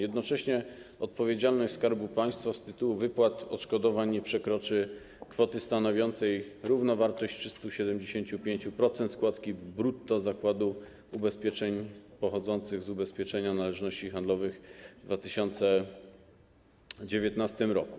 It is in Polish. Jednocześnie odpowiedzialność Skarbu Państwa z tytułu wypłat odszkodowań nie przekroczy kwoty stanowiącej równowartość 375% składki brutto zakładu ubezpieczeń pochodzących z ubezpieczenia należności handlowych w 2019 r.